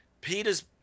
Peter's